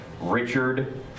Richard